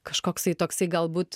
kažkoksai toksai galbūt